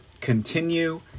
continue